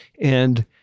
and-